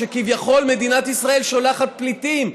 שכביכול מדינת ישראל שולחת פליטים,